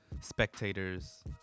spectators